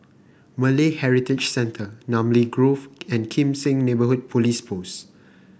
Malay Heritage Center Namly Grove and Kim Seng Neighbourhood Police Post